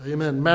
Amen